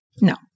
No